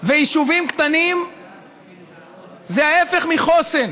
ויישובים קטנים זה ההפך מחוסן.